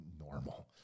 normal